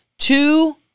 Two